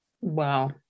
Wow